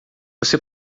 você